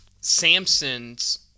Samson's